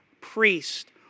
priest